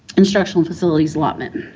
instructional facilities allotment.